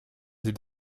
les